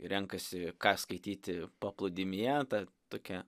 renkasi ką skaityti paplūdimyje tad tokia